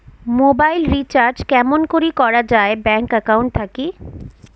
Mobile recharge কেমন করি করা যায় ব্যাংক একাউন্ট থাকি?